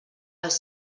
als